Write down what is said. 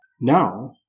Now